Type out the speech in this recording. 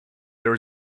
there